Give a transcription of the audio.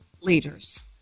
leaders